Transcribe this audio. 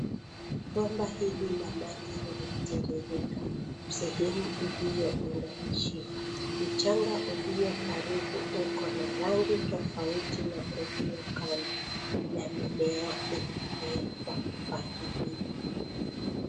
Bomba hili la maji linatiririrka sehemu iliyo unganishiwa . Mchanga ulio karibu uko na rangi tofauti na ulio kando na mimea imemea kwa mpangilio.